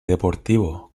deportivo